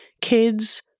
kids